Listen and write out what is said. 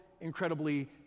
incredibly